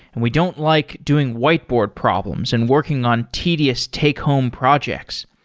and we don't like doing whiteboard problems and working on tedious take home projects.